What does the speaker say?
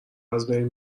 ازبین